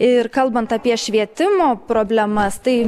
ir kalbant apie švietimo problemas tai